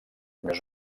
més